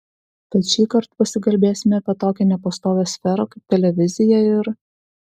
tad šįkart pasikalbėsime apie tokią nepastovią sferą kaip televizija ir